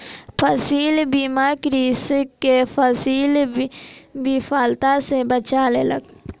फसील बीमा कृषक के फसील विफलता सॅ बचा लेलक